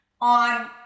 on